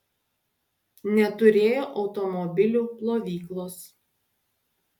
neturėjo automobilių plovyklos